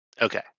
okay